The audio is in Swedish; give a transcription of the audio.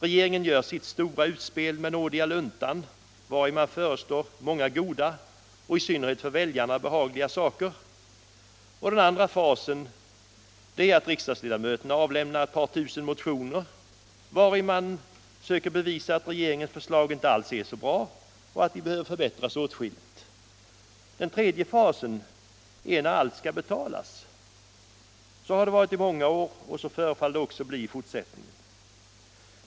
Regeringen gör sitt stora utspel med nådiga luntan, vari man föreslår många goda och i synnerhet för väljarna behagliga saker. Den andra fasen är att riksdagsledamöterna avlämnar ett par tusen motioner, vari man söker bevisa att regeringens förslag inte alls är så bra och att de behöver förbättras åtskilligt. Den tredje fasen är när allt skall betalas. Så har det varit i många år och så förefaller det att bli också i fortsättningen.